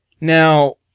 Now